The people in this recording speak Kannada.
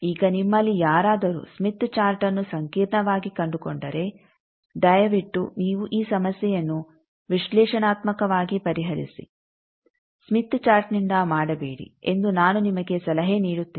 ಈಗ ನಿಮ್ಮಲ್ಲಿ ಯಾರಾದರೂ ಸ್ಮಿತ್ ಚಾರ್ಟ್ಅನ್ನು ಸಂಕೀರ್ಣವಾಗಿ ಕಂಡುಕೊಂಡರೆ ದಯವಿಟ್ಟು ನೀವು ಈ ಸಮಸ್ಯೆಯನ್ನು ವಿಶ್ಲೇಷನಾತ್ಮಕವಾಗಿ ಪರಿಹರಿಸಿ ಸ್ಮಿತ್ ಚಾರ್ಟ್ನಿಂದ ಮಾಡಬೇಡಿ ಎಂದು ನಾನು ನಿಮಗೆ ಸಲಹೆ ನೀಡುತ್ತೇನೆ